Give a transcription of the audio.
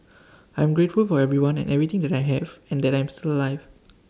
I am grateful for everyone and everything that I have and that I am still alive